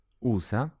Usa